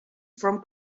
from